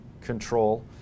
control